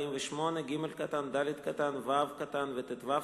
148(ג), (ד), (ו), ו-(טו),